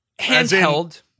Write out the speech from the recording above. handheld